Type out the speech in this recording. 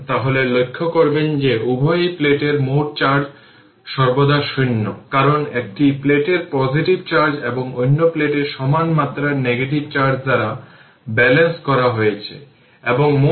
তাহলে এর মানে হল যে সুইচটি দীর্ঘ সময়ের জন্য ক্লোজ থাকার সময় যা বলা হত সেই সময়ে এই ক্যাপাসিটরের জুড়ে ভোল্টেজ ছিল মাত্র 15 ভোল্ট